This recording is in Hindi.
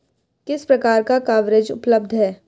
किस प्रकार का कवरेज उपलब्ध है?